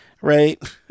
right